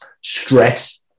stress